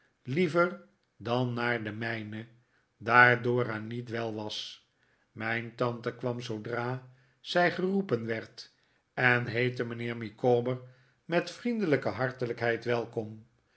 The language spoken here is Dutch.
liever dan naar de mijne daar dora niet wel was mijn tante kwam zoodra zij geroepen werd en heette mijnheer micawber met vriendelijke hartelijkheid welkom